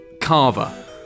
Carver